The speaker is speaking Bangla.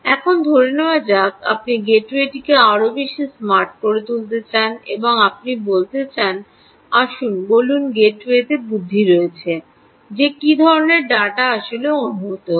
এখন ধরে নেওয়া যাক আপনি গেটওয়েটিকে আরও বেশি স্মার্ট করে তুলতে চান এবং আপনি বলতে চান আসুন বলুন গেটওয়েতে বুদ্ধি রয়েছে যে কী ধরণের ডেটা আসলে অনুভূত হচ্ছে